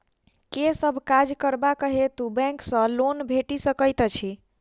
केँ सब काज करबाक हेतु बैंक सँ लोन भेटि सकैत अछि?